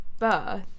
Birth